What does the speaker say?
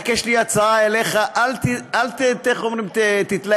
יש לי רק הצעה אליך: אל תתלהב מהתוצאה.